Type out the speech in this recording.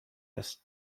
است